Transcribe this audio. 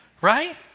right